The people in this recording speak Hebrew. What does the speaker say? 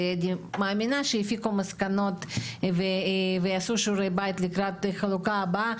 ואני מאמינה שהפיקו מסקנות ויעשו שיעורי בית לקראת החלוקה הבאה.